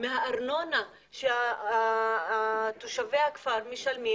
מהארנונה שתושבי הכפר משלמים,